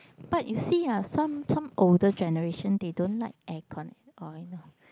but you see ah some some older generation they don't like aircon or you know